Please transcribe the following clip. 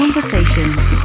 Conversations